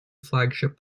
flagship